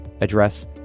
address